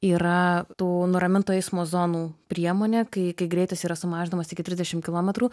yra tų nuramintų eismo zonų priemonė kai kai greitis yra sumažinamas iki trisdešimt kilometrų